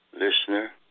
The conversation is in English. listener